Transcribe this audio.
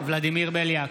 ולדימיר בליאק,